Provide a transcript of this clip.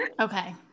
okay